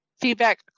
feedback